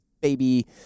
baby